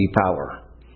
power